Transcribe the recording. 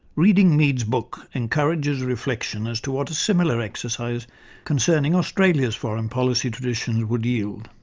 reading mead's book encourages reflection as to what a similar exercise concerning australia's foreign policy traditions would yield.